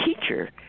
teacher